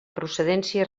procedència